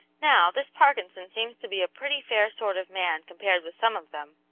now, this parkinson seems to be a pretty fair sort of man compared with some of them,